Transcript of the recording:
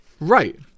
Right